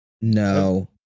No